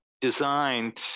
designed